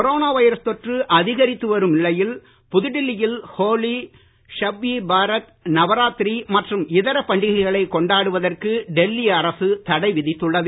corona virus தொற்று அதிகரித்து வரும் நிலையில் புதுடெல்லியில் ஹோலி ஷப் ஈ பாரத் நவராத்திரி மற்றும் இதர பண்டிகைகளை கொண்டாடுவதற்கு டெல்லி அரசு தடை விதித்துள்ளது